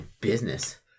business